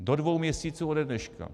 Do dvou měsíců ode dneška.